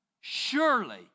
Surely